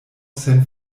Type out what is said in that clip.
sen